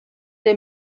der